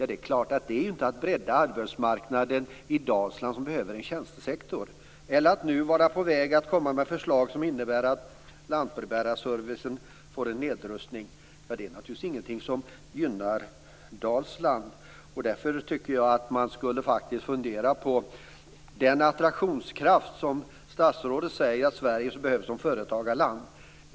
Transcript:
Det är ju inte att bredda arbetsmarknaden i Dalsland som behöver en tjänstesektor. Nu är man på väg att komma med förslag som innebär att lantbrevbärarservicen nedrustas. Det är naturligtvis ingenting som gynnar Dalsland. Därför tycker jag att man faktiskt skulle fundera på den attraktionskraft som statsrådet säger att Sverige behöver som företagarland.